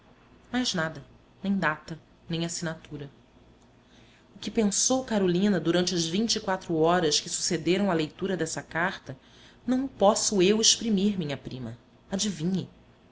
mais nada nem data nem assinatura o que pensou carolina durante as vinte e quatro horas que sucederam à leitura dessa carta não o posso eu exprimir minha prima adivinhe